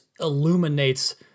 illuminates